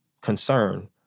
concern